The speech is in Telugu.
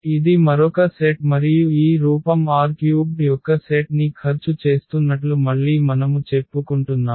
ఇది మరొక సెట్ మరియు ఈ రూపం R³ యొక్క సెట్ ని ఖర్చు చేస్తున్నట్లు మళ్ళీ మనము చెప్పుకుంటున్నాము